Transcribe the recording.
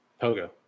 Pogo